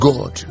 God